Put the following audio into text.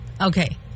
Okay